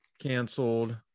canceled